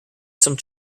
some